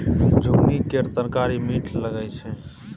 झिगुनी केर तरकारी मीठ लगई छै